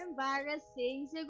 Embarrassing